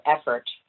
effort